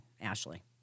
Ashley